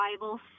Bible